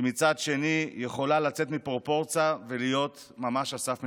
ומצד שני יכולה לצאת מפרופורציה ולהיות ממש על סף מלחמה.